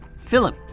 Philip